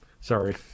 sorry